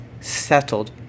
settled